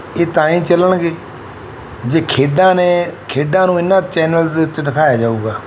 ਇਹ ਤਾਂ ਹੀ ਚੱਲਣਗੇ ਜੇ ਖੇਡਾਂ ਨੇ ਖੇਡਾਂ ਨੂੰ ਇਹਨਾਂ ਚੈਨਲਸ ਦੇ ਉੱਤੇ ਦਿਖਾਇਆ ਜਾਵੇਗਾ